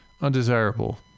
undesirable